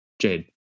Jade